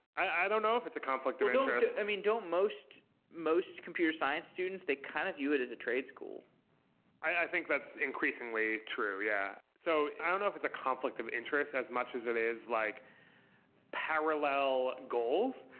i don't know if it's a conflict of interest i mean, don't most most computer science students, they kind of view it as a trade school i think that's increasingly true. yeah. so i don't know if it's a conflict of interest, as much as it is like parallel goals.